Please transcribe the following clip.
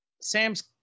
Sam's